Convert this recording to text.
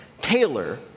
Taylor